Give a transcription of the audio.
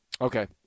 Okay